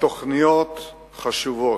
התוכניות חשובות.